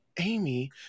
Amy